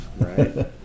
Right